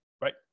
right